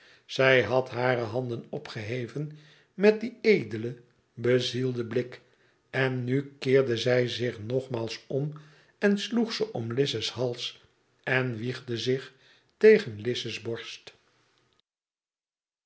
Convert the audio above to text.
zij had hare handen opgeheven met dien edelen bezielden blik en nu keerde zij zich nogmaals om en sloeg ze om lize's hals en wiegde zich tegen lize s borst